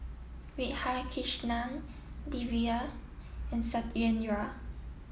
Radhakrishnan Devi and Satyendra